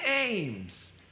aims